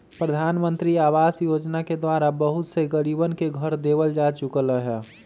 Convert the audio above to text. प्रधानमंत्री आवास योजना के द्वारा बहुत से गरीबन के घर देवल जा चुक लय है